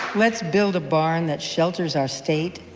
let's build a barn that shelters our state,